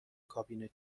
کابین